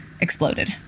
exploded